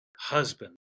husband